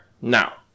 now